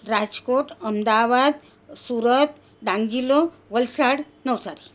રાજકોટ અમદાવાદ સુરત ડાંગ જિલ્લો વલસાડ નવસારી